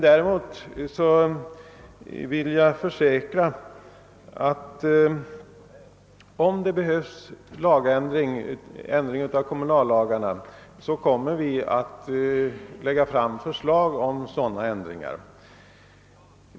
Däremot vill jag försäkra att om det behövs ändring i kommunallagarna kommer vi att lägga fram förslag om sådana ändringar.